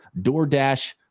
DoorDash